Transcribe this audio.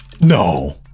No